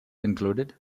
included